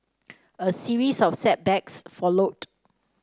a series of setbacks followed